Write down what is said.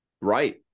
Right